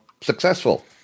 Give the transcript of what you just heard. successful